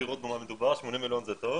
80 מיליון זה טוב.